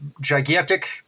gigantic